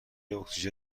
اکسیژن